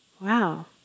wow